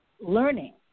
learning